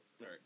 Right